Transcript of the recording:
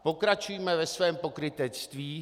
Pokračujme ve svém pokrytectví.